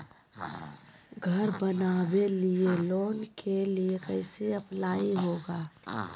घर बनावे लिय लोन के लिए कैसे अप्लाई होगा?